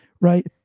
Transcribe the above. right